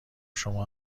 شما